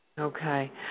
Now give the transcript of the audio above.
Okay